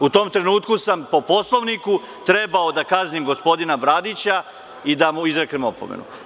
U tom trenutku sam po Poslovniku, trebao da kaznim gospodina Bradića i da mu izreknem opomenu.